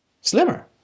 slimmer